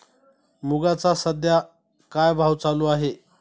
मुगाचा सध्या काय भाव चालू आहे?